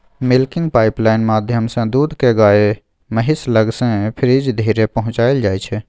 milking pipeline माध्यमसँ दुध केँ गाए महीस लग सँ फ्रीज धरि पहुँचाएल जाइ छै